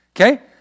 Okay